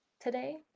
today